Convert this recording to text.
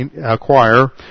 acquire